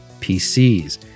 PCs